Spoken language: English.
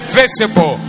visible